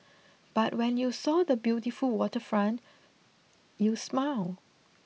but when you saw the beautiful waterfront you smiled